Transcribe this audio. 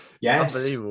Yes